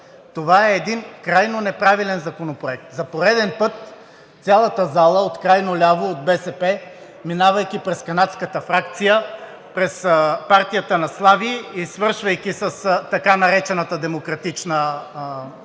Това е един крайно неправилен законопроект. За пореден път цялата зала – от крайно ляво, от БСП, минавайки през канадската фракция, през партията на Слави и свършвайки с така наречената „Демократична България,